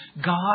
God